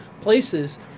places